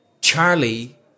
Charlie